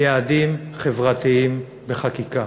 ליעדים חברתיים בחקיקה?